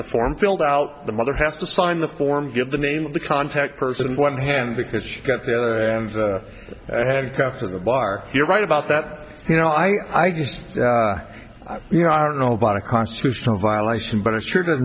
the form filled out the mother has to sign the form give the name of the contact person in one hand because she got there and had got to the bar you're right about that you know i just you know i don't know about a constitutional